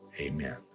amen